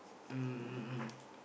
um